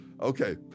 Okay